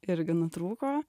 irgi nutrūko